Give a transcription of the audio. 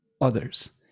others